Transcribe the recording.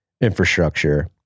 infrastructure